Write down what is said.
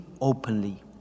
openly